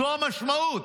זו המשמעות.